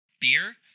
beer